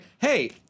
hey